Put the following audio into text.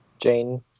Jane